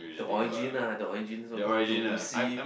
the origin ah the origin so call to to see